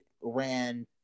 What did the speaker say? ran